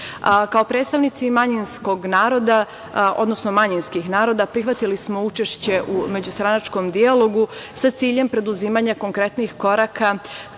odnosno manjinskih naroda, prihvatili smo učešće u međustranačkom dijalogu sa ciljem preduzimanja konkretnih koraka